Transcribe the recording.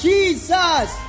Jesus